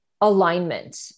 alignment